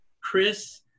Chris